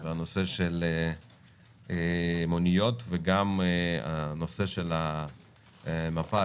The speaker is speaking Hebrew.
נושא המוניות וגם נושא המפה,